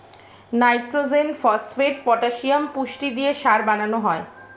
nitrogen, phosphate, potassium পুষ্টি দিয়ে সার বানানো হয়